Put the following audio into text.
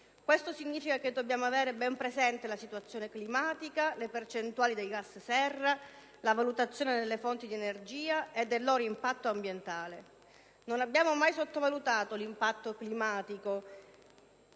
Questo significa che dobbiamo avere ben presente la situazione climatica, le percentuali dei gas serra, la valutazione delle fonti di energia e del loro impatto ambientale. Non abbiamo mai sottovalutato l'impatto climatico